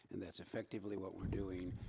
and that's effectively what we're doing.